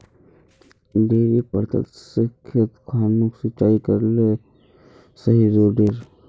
डिरिपयंऋ से खेत खानोक सिंचाई करले सही रोडेर?